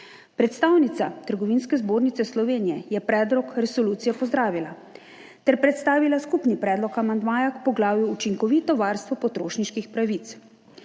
Predstavnica Trgovinske zbornice Slovenije je predlog resolucije pozdravila ter predstavila skupni predlog amandmaja k poglavju Učinkovito varstvo potrošniških pravic.